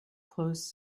closed